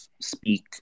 speak